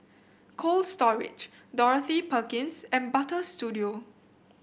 Cold Storage Dorothy Perkins and Butter Studio